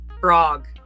frog